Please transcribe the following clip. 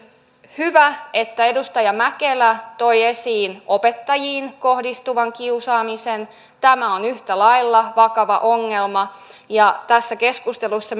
hyvä että edustaja mäkelä toi esiin opettajiin kohdistuvan kiusaamisen tämä on yhtä lailla vakava ongelma ja tässä keskustelussa